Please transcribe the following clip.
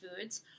foods